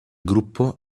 gruppo